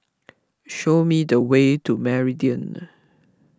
show me the way to Meridian